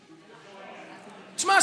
תשמע,